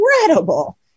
incredible